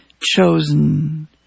...chosen